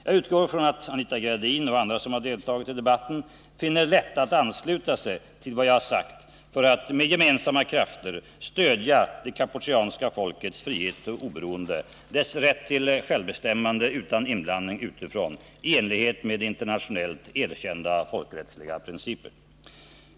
Jag utgår ifrån att Anita Gradin och andra som har deltagit i debatten finner det lätt att ansluta sig till vad jag här sagt för att, med gemensamma krafter, stödja det kampucheanska folkets frihet och oberoende, dess rätt till självbestämmande utan inblandning utifrån, i enlighet med internationellt erkända folkrättsliga principer.